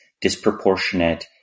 disproportionate